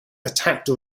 attacked